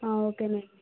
ఒకే అండి